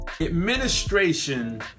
Administration